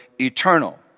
eternal